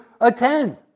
attend